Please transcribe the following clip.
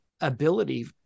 ability